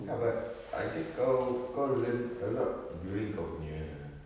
ya but I heard kau kau learn a lot during kau punya